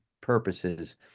purposes